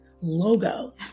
logo